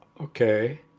Okay